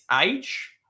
age